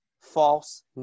false